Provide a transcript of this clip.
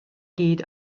gyd